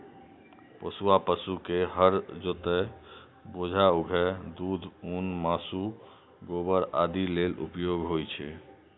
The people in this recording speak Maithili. पोसुआ पशु के हर जोतय, बोझा उघै, दूध, ऊन, मासु, गोबर आदि लेल उपयोग होइ छै